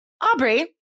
Aubrey